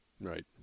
Right